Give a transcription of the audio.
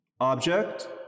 Object